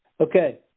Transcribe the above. Okay